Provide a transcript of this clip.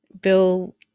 Bill